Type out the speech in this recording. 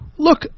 Look